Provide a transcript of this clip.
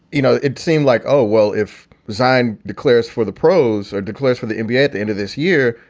you know, it seemed like, oh, well, if zion declares for the pros or declares for the nba at the end of this year,